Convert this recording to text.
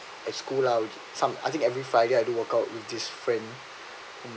a school out some I think every friday I do work out with this friend